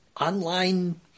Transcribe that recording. online